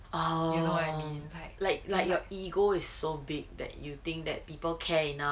orh um like like like your ego is so big that you think that people care enough